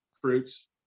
fruits